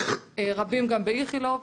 רבים גם באיכילוב,